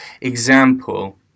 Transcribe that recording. example